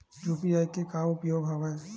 UPI के का उपयोग हवय?